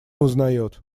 узнает